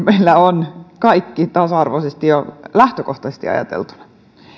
meillä olisi kaikki tasa arvoisesti jo lähtökohtaisesti ajateltuna